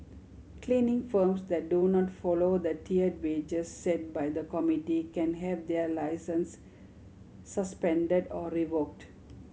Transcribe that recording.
cleaning firms that do not follow the tiered wages set by the committee can have their licence suspended or revoked